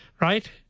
Right